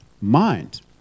mind